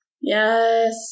Yes